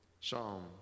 psalm